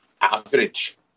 average